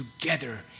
together